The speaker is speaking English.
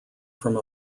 from